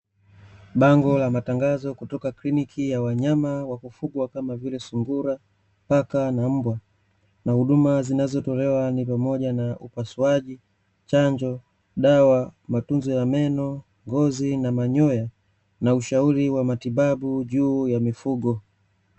Bango la matangazo kutoka kliniki ya wanyama wa kufuga kama vile sungura, paka na mbwa na huduma zinazotolewa ni pamoja na upasuaji, chanjo, dawa, matunzo ya meno, ngozi na manyoya na ushauri wa matibabu juu ya mifugo.